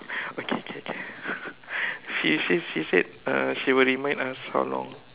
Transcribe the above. okay okay okay she say she said uh she will remind us how long